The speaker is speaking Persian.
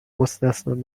مستثنی